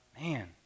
Man